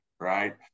right